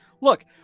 look